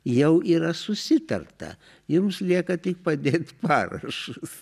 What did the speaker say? jau yra susitarta jums lieka tik padėt parašus